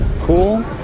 cool